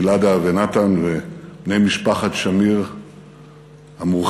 גלעדה ונתן ובני משפחת שמיר המורחבת,